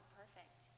perfect